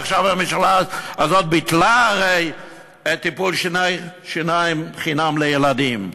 ועכשיו הממשלה הזאת ביטלה הרי את טיפול השיניים חינם לילדים.